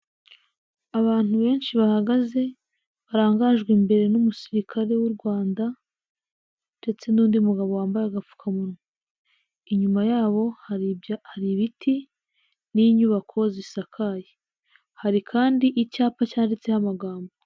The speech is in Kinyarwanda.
Abantu benshi bahagaze barangajwe imbere n'umusirikare w'u Rwanda ndetse n'undi mugabo wambaye agapfukamunwa. Inyuma yabo hari ibya hari ibiti n'inyubako zisakaye, hari kandi icyapa cyanditseho amagambo.